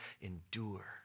endure